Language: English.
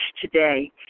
today